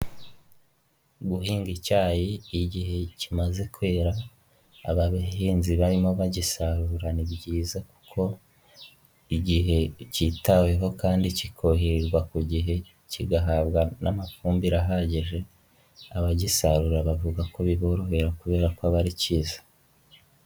Guhinga icyayi, igihe kimaze kwera aba bahinzi barimo bagisarura, ni byiza kuko igihe kitaweho kandi kikuhirwa ku gihe, kigahabwa n'amafumbire ahagije, abagisarura bavuga ko biborohera kubera ko aba ari cyiza.